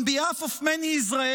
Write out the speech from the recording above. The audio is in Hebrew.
on behalf of many Israelis,